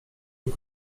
nie